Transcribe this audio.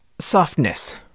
softness